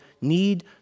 need